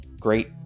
great